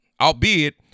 albeit